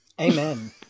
Amen